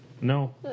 No